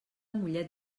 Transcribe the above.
mollet